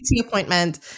appointment